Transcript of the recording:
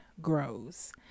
grows